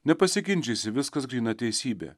nepasiginčysi viskas gryna teisybė